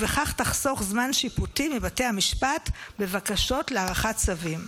ובכך תחסוך זמן שיפוטי מבתי המשפט בבקשות להארכת צווים.